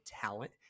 talent